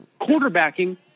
quarterbacking